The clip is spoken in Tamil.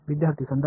மாணவர்